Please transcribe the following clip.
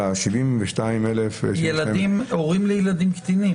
על ה-72 אלף --- הורים לילדים קטינים.